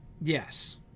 Yes